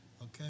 Okay